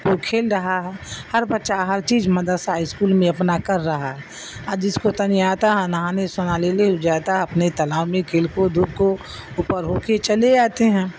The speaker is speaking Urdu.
وہ کھیل رہا ہے ہر بچہ ہر چیز مدرسہ اسکول میں اپنا کر رہا ہے اور جس کو تنی آتا ہے نہانے سنا لے لے جاتا ہے اپنے تالاب میں کھیل کود دکھ ہو اوپر ہو کے چلے آتے ہیں